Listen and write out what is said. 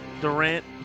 Durant